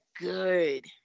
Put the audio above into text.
good